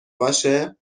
باشه